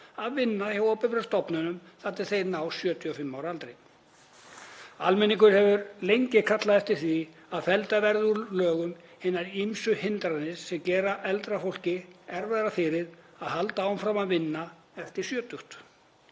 að vinna hjá opinberum stofnunum þar til þeir ná 75 ára aldri. Almenningur hefur lengi kallað eftir því að felldar verði úr lögum hinar ýmsu hindranir sem gera eldra fólki erfiðara fyrir að halda áfram að vinna eftir